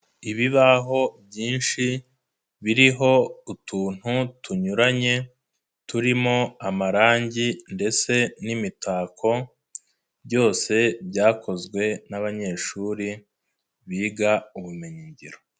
Ibibaho byinshi biriho utuntu tunyuranye turimo amarangi ndetse n'imitako byose byakozwe n'abanyeshuri biga ubumenyi ngiro.